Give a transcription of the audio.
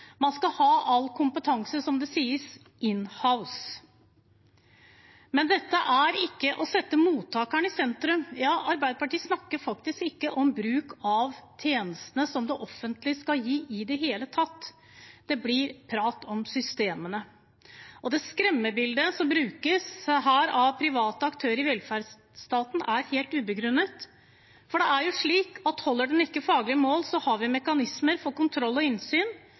Man skal ha all kompetanse «in-house», som det sies. Men dette er ikke å sette mottakeren i sentrum. Arbeiderpartiet snakker ikke om brukerne av tjenestene som det offentlige skal gi, i det hele tatt. Det blir prat om systemene. Det skremmebildet som brukes om private aktører i velferdsstaten, er helt ubegrunnet, for det er jo slik at holder ikke tjenesten faglig mål, har vi mekanismer for kontroll og innsyn,